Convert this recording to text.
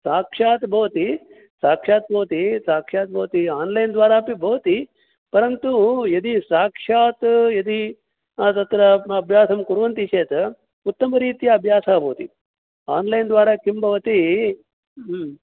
साक्षात् भवति साक्षात् भवति साक्षात् भवति आन्लैन् द्वारा अपि भवति परन्तु यदि साक्षात् यदि तत्र अभ्यासं कुर्वन्ति चेत् उत्तमरीत्या अभ्यासः भवति आन्लैन् द्वारा किं भवति